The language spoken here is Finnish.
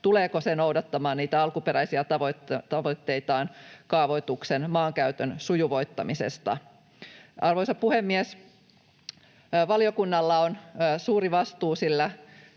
tuleeko se noudattamaan niitä alkuperäisiä tavoitteitaan kaavoituksen maankäytön sujuvoittamisesta. Arvoisa puhemies! Valiokunnalla on suuri vastuu, sillä